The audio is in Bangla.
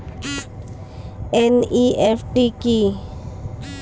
এন.ই.এফ.টি কি?